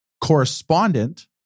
correspondent